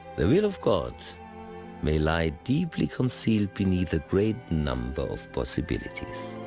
the will of god may lie deeply concealed beneath a great number of possibilities